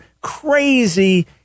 crazy